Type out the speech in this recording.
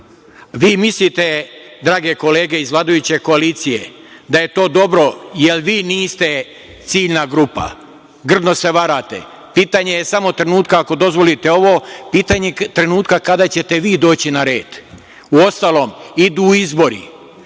mislite, drage kolege iz vladajuće koalicije, da je to dobro, jer vi niste ciljna grupa. Grdno se varate. Pitanje je samo trenutka, ako dozvolite ovo, pitanje trenutka kada ćete vi doći na red. Uostalom, idu izbori,